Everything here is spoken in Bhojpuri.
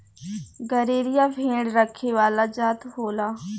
गरेरिया भेड़ रखे वाला जात होला